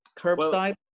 curbside